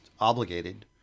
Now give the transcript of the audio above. obligated